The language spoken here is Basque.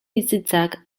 bizitzak